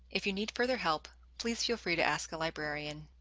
if you need further help please feel free to ask a librarian!